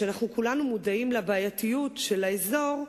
כשאנחנו כולנו מודעים לבעייתיות של האזור,